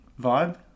vibe